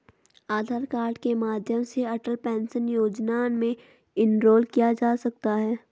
आधार card के माध्यम से अटल पेंशन योजना में इनरोल किया जा सकता है